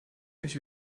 ich